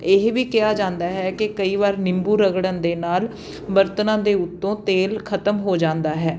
ਇਹ ਵੀ ਕਿਹਾ ਜਾਂਦਾ ਹੈ ਕਿ ਕਈ ਵਾਰ ਨਿੰਬੂ ਰਗੜਨ ਦੇ ਨਾਲ ਵਰਤਣਾ ਦੇ ਉੱਤੋਂ ਤੇਲ ਖ਼ਤਮ ਹੋ ਜਾਂਦਾ ਹੈ